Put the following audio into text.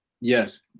yes